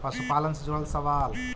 पशुपालन से जुड़ल सवाल?